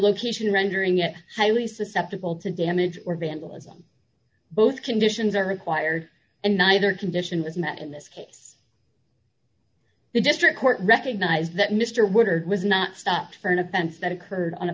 location rendering it highly susceptible to damage or vandalism both conditions are required and neither condition was met in this case the district court recognized that mr woodard was not stopped for an offense that occurred on a